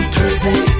Thursday